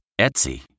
Etsy